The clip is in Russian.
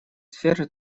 сферы